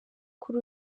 kuri